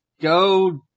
go